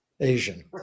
Asian